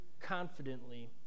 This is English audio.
confidently